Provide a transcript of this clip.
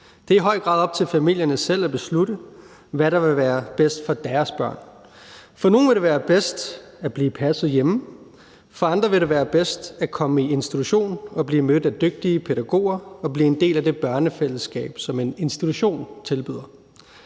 Det er i høj grad op til familierne selv at beslutte, hvad der vil være bedst for deres børn. For nogle vil det være bedst at blive passet hjemme, for andre vil det være bedst at komme i institution og blive mødt af dygtige pædagoger og blive en del af det børnefællesskab, som en institution tilbyder.